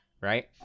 right